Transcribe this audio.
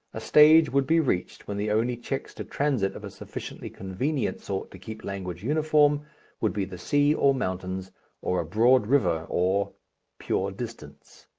a stage would be reached when the only checks to transit of a sufficiently convenient sort to keep language uniform would be the sea or mountains or a broad river or pure distance.